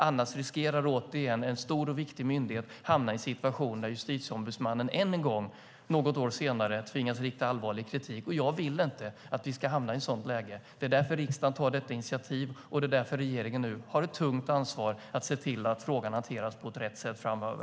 Annars riskerar återigen en stor och viktig myndighet att hamna i en situation där Justitieombudsmannen än en gång, något år senare, tvingas rikta allvarlig kritik. Jag vill inte att vi ska hamna i ett sådant läge. Det är därför riksdagen tar detta initiativ, och det är därför regeringen nu har ett tungt ansvar att se till att frågan hanteras på rätt sätt framöver.